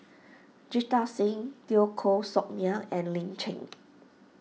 Jita Singh Teo Koh Sock Miang and Lin Chen